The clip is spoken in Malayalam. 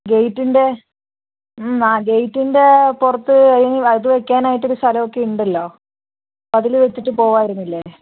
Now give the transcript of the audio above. ഗേറ്റിന്റെ ആ ഗേറ്റിന്റെ പുറത്ത് അല്ലെങ്കിൽ ഇത് വയ്ക്കാനായിട്ട് ഒരു സ്ഥലമൊക്കെയുണ്ടല്ലോ അതില് വെച്ചിട്ട് പോവാമായിരുന്നില്ലേ